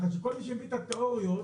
את התאוריות